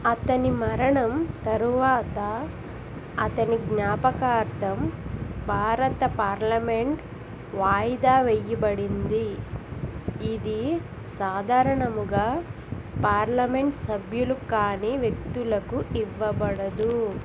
అతని మరణం తరువాత అతని జ్ఞాపకార్థం భారత పార్లమెంటు వాయిదా వేయబడింది ఇది సాధారణంగా పార్లమెంటు సభ్యులు కాని వ్యక్తులకు ఇవ్వబడదు